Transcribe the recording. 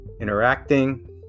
interacting